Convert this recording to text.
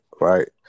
right